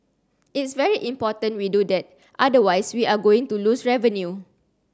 it's very important we do that otherwise we are going to lose revenue